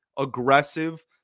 aggressive